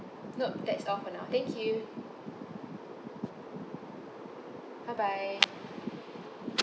nope that's all for now thank you bye bye